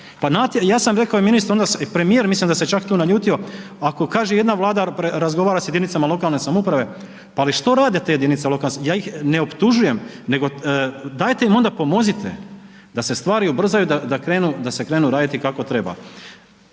zakon, pa ja sam rekao i ministru onda, premijer mislim da se čak tu naljutio, ako kaže jedna vlada razgovara sa jedinicama lokalne samouprave, pa ali što rade te jedinice lokalne samouprave, ja ih ne optužujem nego dajte im onda pomozite da se stvari ubrzaju da se krenu raditi kako treba.